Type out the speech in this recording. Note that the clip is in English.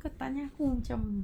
kau tanya aku macam